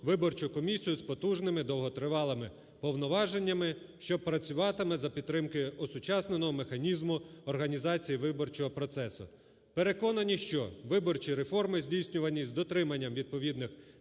виборчу комісію з потужними довготривалими повноваженнями, що працюватиме за підтримки осучасненого механізму організації виборчого процесу. Переконані, що виборчі реформи, здійснювані з дотриманням відповідних